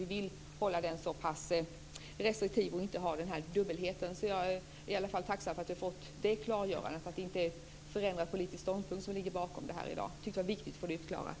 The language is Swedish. Vi vill att den ska vara restriktiv och att det inte ska finnas någon dubbelhet. Jag är i alla fall tacksam över att jag har fått det klargörandet, att det inte är någon förändrad politisk ståndpunkt som ligger bakom dagens upplägg. Jag tyckte att det var viktigt att få det klarlagt.